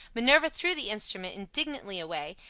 minerva threw the instrument indignantly away,